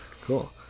Cool